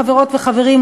חברות וחברים,